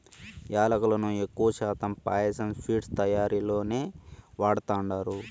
యాలుకలను ఎక్కువ శాతం పాయసం, స్వీట్స్ తయారీలోనే వాడతండారు